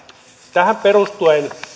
tähän perustuen